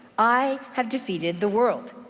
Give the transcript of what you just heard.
i have defeated the world.